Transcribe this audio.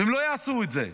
והם לא יעשו את זה.